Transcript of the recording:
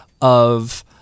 of-